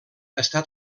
està